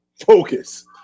focus